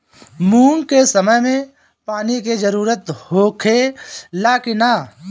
मूंग के समय मे पानी के जरूरत होखे ला कि ना?